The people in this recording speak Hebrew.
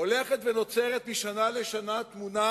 הולכת ונוצרת משנה לשנה תמונה